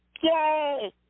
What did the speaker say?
yay